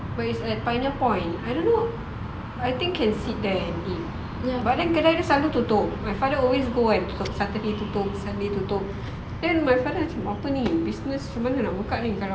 but it's like at pioneer point I don't know I think can sit there and eat but then kedai dia selalu tutup my father always go saturday tutup sunday tutup then my father macam apa ni business macam mana nak buka ni kalau